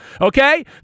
okay